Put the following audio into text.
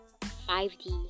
5D